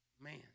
Man